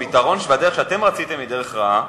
והפתרון בדרך שאתם רציתם, זו דרך רעה.